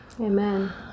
Amen